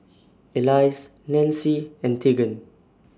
Alyse Nancie and Tegan